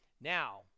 now